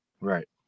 Right